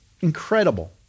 Incredible